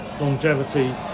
Longevity